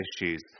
issues